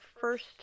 first